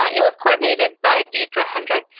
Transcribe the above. it was coordinated by deirdre hendrick.